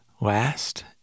last